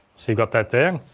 so you've got that there,